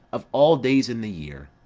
of all days in the year,